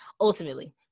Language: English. ultimately